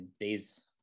days